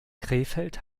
krefeld